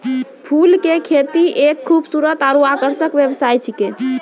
फूल के खेती एक खूबसूरत आरु आकर्षक व्यवसाय छिकै